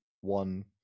one